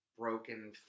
broken